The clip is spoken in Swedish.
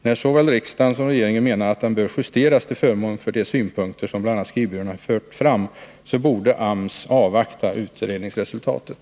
Då såväl riksdagen som regeringen menar att den bör justeras till förmån för de synpunkter som bl.a. skrivbyråerna fört fram, borde AMS avvakta utredningsresultatet.